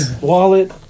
wallet